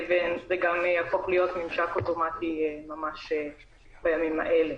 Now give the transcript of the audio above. זה גם יהפוך להיות ממשק אוטומטי ממש בימים האלה.